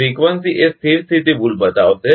frequency એ સ્થિર સ્થિતી ભૂલ બતાવશે